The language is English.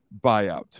buyout